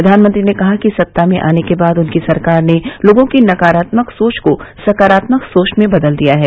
प्रधानमंत्री ने कहा कि सत्ता में आने के बाद उनकी सरकार ने लोगों की नकारात्मक सोच को सकारात्मक सोच में बदल दिया है